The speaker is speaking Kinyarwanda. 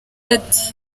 ati